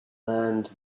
learned